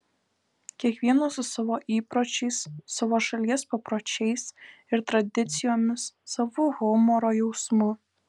kiekvienas su savo įpročiais savo šalies papročiais ir tradicijomis savu humoro jausmu